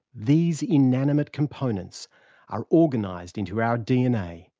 these inanimate components are organised into our dna,